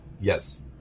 Yes